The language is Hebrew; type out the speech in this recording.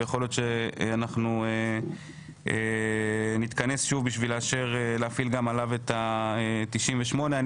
לכן יכול להיות שנתכנס שוב בשביל להפעיל גם עליו את 98. אני